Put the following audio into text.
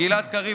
גלעד קריב,